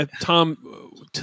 Tom